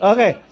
Okay